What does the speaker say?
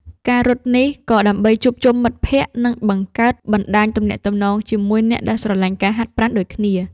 ការរត់នេះ ក៏ដើម្បីជួបជុំមិត្តភក្តិ និងបង្កើតបណ្ដាញទំនាក់ទំនងជាមួយអ្នកដែលស្រឡាញ់ការហាត់ប្រាណដូចគ្នា។